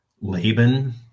Laban